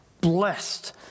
blessed